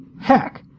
Heck